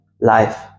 life